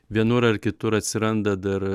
vienur ar kitur atsiranda dar